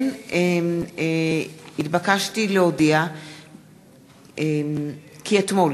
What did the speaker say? כן התבקשתי להודיע כי אתמול,